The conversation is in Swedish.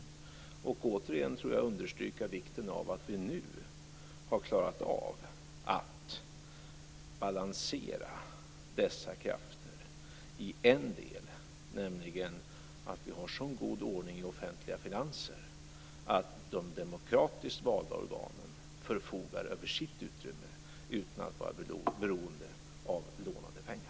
Den skulle återigen, tror jag, understryka vikten av att vi nu har klarat av att balansera dessa krafter i en del, nämligen att vi har så god ordning i våra offentliga finanser att de demokratiskt valda organen förfogar över sitt utrymme utan att vara beroende av lånade pengar.